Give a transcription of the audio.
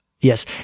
Yes